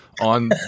on